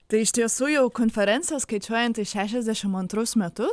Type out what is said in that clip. tai iš tiesų jau konferencija skaičiuojanti šešiasdešim antrus metus